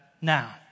now